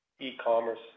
e-commerce